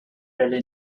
really